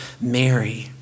Mary